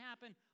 happen